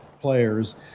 players